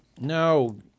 no